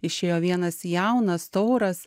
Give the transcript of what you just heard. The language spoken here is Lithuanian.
išėjo vienas jaunas tauras